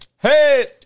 Hey